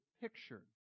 picture